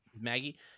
Maggie